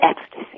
ecstasy